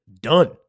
done